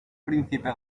príncipe